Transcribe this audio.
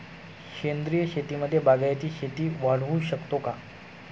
सेंद्रिय शेतीमध्ये बागायती शेती वाढवू शकतो का?